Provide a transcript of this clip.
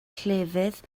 llefydd